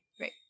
Right